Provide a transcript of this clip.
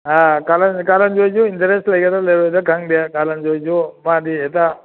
ꯑꯥ ꯀꯥꯔꯟ ꯀꯥꯔꯟꯖꯣꯏꯁꯨ ꯏꯟꯇꯔꯦꯁ ꯂꯩꯒꯗ꯭ꯔ ꯂꯩꯔꯣꯏꯗ꯭ꯔ ꯈꯪꯗꯦ ꯀꯥꯔꯟꯖꯣꯏꯁꯨ ꯃꯥꯗꯤ ꯍꯦꯛꯇ